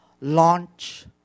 launch